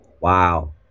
wow